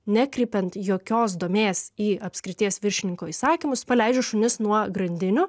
nekreipiant jokios domės į apskrities viršininko įsakymus paleidžia šunis nuo grandinių